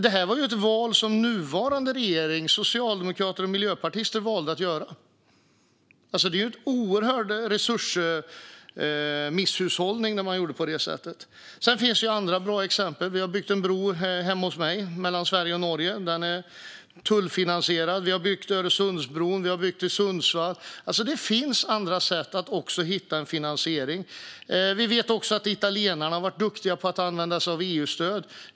Det här var ett val som socialdemokraterna och miljöpartisterna i den förra regeringen gjorde. Det är en oerhörd misshushållning med resurser att göra på det sättet. Sedan finns det andra, bra exempel. Vi har byggt en bro hemma hos mig mellan Sverige och Norge. Den är tullfinansierad. Vi har byggt Öresundsbron. Vi har byggt i Sundsvall. Det finns andra sätt att hitta finansiering. Vi vet också att italienarna har varit duktiga på att använda sig av EU-stöd.